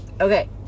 Okay